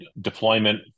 deployment